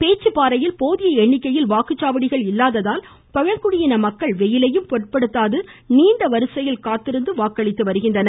பேச்சுப்பாறையில் போதிய எண்ணிக்கையில் வாக்குச்சாவடிகள் இல்லாததால் பழங்குடி மக்கள் வெயிலையும் பொருட்படுத்தாது நீண்ட வரிசையில் நின்று வாக்களித்தனர்